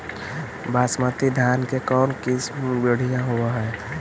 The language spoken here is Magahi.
बासमती धान के कौन किसम बँढ़िया होब है?